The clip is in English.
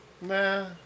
Nah